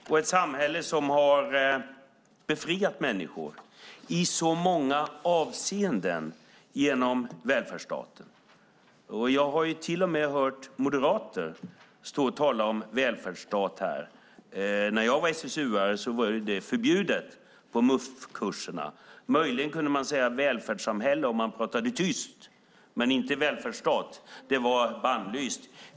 Det är ett samhälle som med hjälp av välfärdsstaten har befriat människor i så många avseenden. Jag har till och med hört moderater stå här och tala om välfärdsstat. När jag var SSU:are var det förbjudet på MUF-kurserna. Möjligen kunde man säga välfärdssamhälle om man pratade tyst, men inte välfärdsstat. Det var bannlyst.